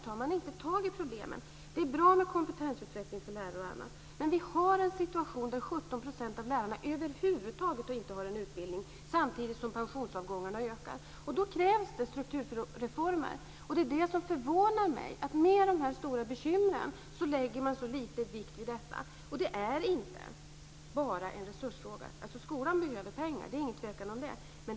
Man tar inte tag i problemen. Det är bra med kompetensutveckling för lärare osv. Men vi har en situation där 17 % av lärarna över huvud taget inte har en utbildning, samtidigt som pensionsavgångarna ökar. Då krävs det strukturreformer. Det förvånar mig att med de stora bekymren lägger man så lite vikt vid detta. Detta är inte bara en resursfråga. Det råder inget tvivel om att skolan behöver pengar.